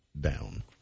down